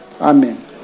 Amen